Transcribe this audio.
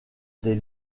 des